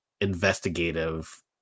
investigative